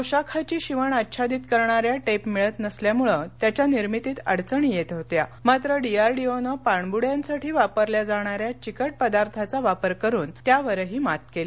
पोशाखाची शिवण आच्छादित करणाऱ्या टेप मिळत नसल्यामुळे त्याच्या निर्मितीत अडचणी येत होत्या मात्र डीआरडीओनं पाणबुड्यांसाठी वापरल्या जाणाऱ्या चिकट पदार्थाचा वापर करून त्यावरही मात केली